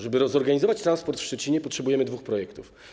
Żeby zorganizować transport w Szczecinie, potrzebujemy dwóch projektów.